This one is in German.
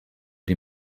die